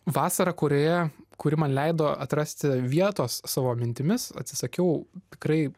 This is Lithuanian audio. vasarą kurioje kuri man leido atrasti vietos savo mintimis atsisakiau tikrai